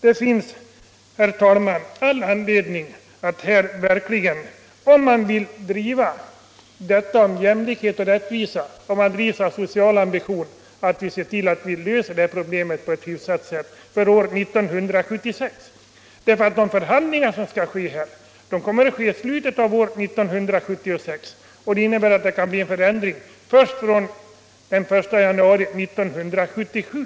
Det finns, herr talman, all anledning att — om man vill driva detta med jämlikhet, rättvisa och sociala ambitioner — se till att lösa det här problemet på ett hyfsat sätt för år 1976. De förhandlingar som det talats om kommer att äga rum i slutet av 1976. Det innebär att de kan medföra en förändring först fr.o.m. den 1 januari 1977.